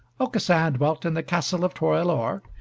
aucassin dwelt in the castle of torelore,